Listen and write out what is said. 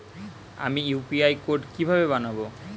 আমি UPI code কিভাবে বানাব?